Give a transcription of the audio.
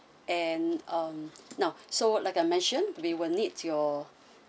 and um now so like I mentioned we will need your